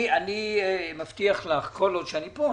אני מבטיח לך שכל עוד אני פה,